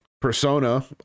persona